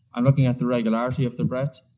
i'm looking at the regularity of the breath.